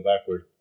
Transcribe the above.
backward